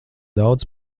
daudz